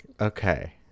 okay